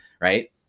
right